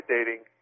Dating